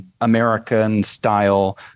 American-style